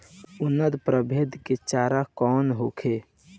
उन्नत प्रभेद के चारा कौन होखे?